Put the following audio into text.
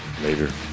Later